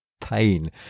pain